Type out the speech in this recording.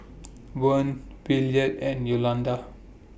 Vern Williard and Yolanda